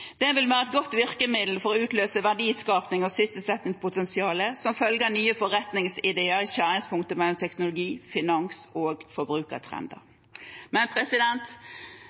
Det vil være et godt virkemiddel for å utløse verdiskapings- og sysselsettingspotensial som følge av nye forretningsideer i skjæringspunktet mellom teknologi, finans og forbrukertrender.